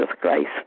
Christ